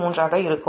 23 ஆக இருக்கும்